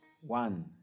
one